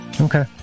Okay